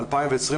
בשנת 2020,